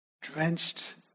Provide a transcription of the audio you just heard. drenched